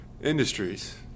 Industries